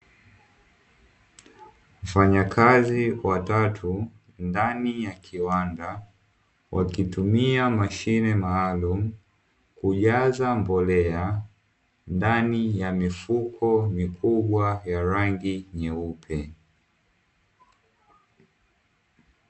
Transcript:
Wafanyakazi watatu ndani ya kiwanda, wakitumia mashine maalumu kujaza mbolea ndani ya mifuko mikubwa ya rangi nyeupe.